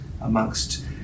amongst